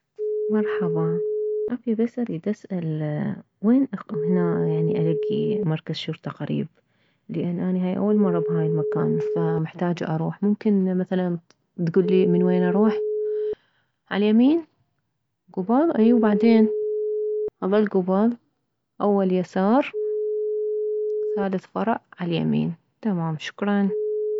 مرحبا عفية بس اريد اسال وين اكو هنا يعني الكي مركز شرطة قريب لان اني هاي اول مرة بهاي المكان فمحتاجه اروح ممكن مثلا تكلي من وين اروح عاليمين كبل ايه وبعدين اظل كبل اول يسار ثالث فرع عاليمين تمام شكرا